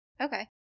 Okay